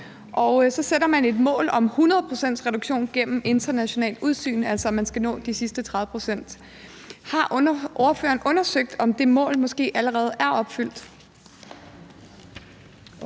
Og så sætter man et mål om 100 pct.s reduktion gennem internationalt udsyn, altså at man skal nå de sidste 30 pct. Har ordføreren undersøgt, om det mål måske allerede er opfyldt?